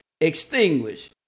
Extinguish